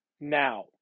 Now